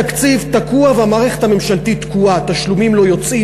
התקציב תקוע והמערכת הממשלתית תקועה: תשלומים לא יוצאים,